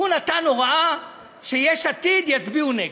הוא נתן הוראה שיש עתיד יצביעו נגד.